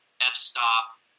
F-stop